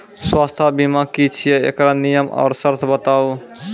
स्वास्थ्य बीमा की छियै? एकरऽ नियम आर सर्त बताऊ?